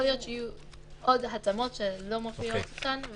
יכול להיות שיהיו עוד התאמות שלא מופיעות כאן,